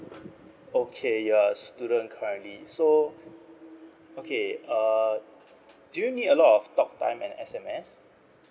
okay you're a student currently so okay uh do you need a lot of talk time and S_M_S